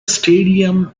stadium